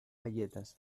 galletas